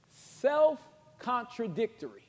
self-contradictory